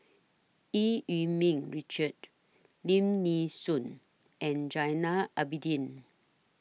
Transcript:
EU Yee Ming Richard Lim Nee Soon and Zainal Abidin